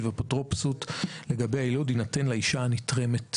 והאפוטרופסות לגבי היילוד יינתן לאישה הנתרמת בלבד.